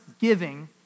giving